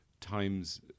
times